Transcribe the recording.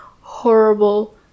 horrible